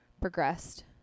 progressed